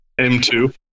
m2